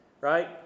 right